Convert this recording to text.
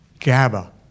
GABA